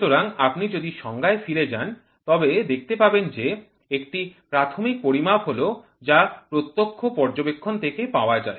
সুতরাং আপনি যদি সংজ্ঞায় ফিরে যান তবে দেখতে পাবেন যে একটি প্রাথমিক পরিমাপ হল যা প্রত্যক্ষ পর্যবেক্ষণ থাকে পাওয়া যায়